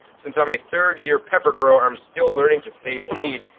since i'm a third year pepper grower i'm still learning to save seed.